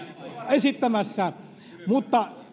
esittämässä mutta